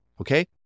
Okay